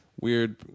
weird